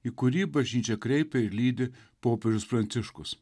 į kurį bažnyčią kreipia ir lydi popiežius pranciškus